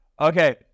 Okay